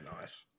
nice